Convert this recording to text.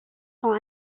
sont